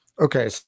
Okay